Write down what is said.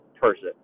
person